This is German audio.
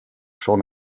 schon